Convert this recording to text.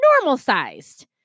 normal-sized